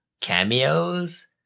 cameos